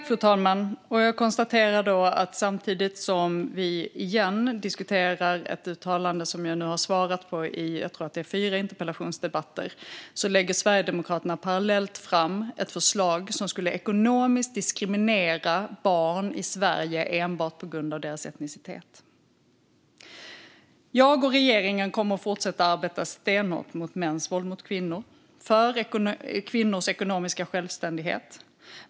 Fru talman! Jag konstaterar att parallellt som vi återigen diskuterar ett uttalande som jag nu har svarat på i, tror jag, fyra interpellationsdebatter lägger Sverigedemokraterna fram ett förslag som skulle diskriminera barn i Sverige ekonomiskt enbart på grund av deras etnicitet. Jag och regeringen kommer att fortsätta att arbeta stenhårt mot mäns våld mot kvinnor och för kvinnors ekonomiska självständighet.